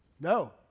No